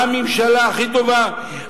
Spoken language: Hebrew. הממשלה הכי טובה,